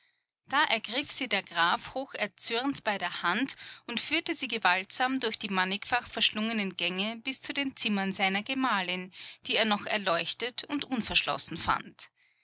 da ergriff sie der graf hocherzürnt bei der hand und führte sie gewaltsam durch die mannigfach verschlungenen gänge bis zu den zimmern seiner gemahlin die er noch erleuchtet und unverschlossen fand